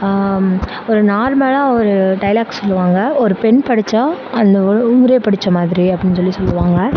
ஒரு நார்மலாக ஒரு டைலாக் சொல்லுவாங்க ஒரு பெண் படிச்சா அந்த ஊரே படிச்ச மாதிரி அப்படின் சொல்லி சொல்லுவாங்க